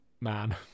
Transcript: man